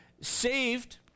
saved